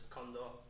Condor